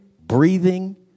breathing